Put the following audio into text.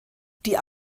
die